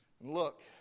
Look